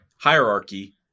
hierarchy